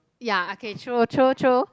ya okay true true true